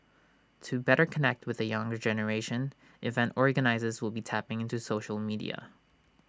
to better connect with the younger generation event organisers will be tapping into social media